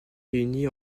réunis